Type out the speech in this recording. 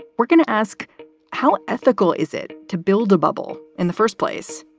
ah we're going to ask how ethical is it to build a bubble in the first place?